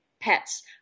Pets